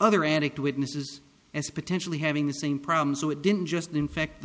other addict witnesses as potentially having the same problem so it didn't just infect the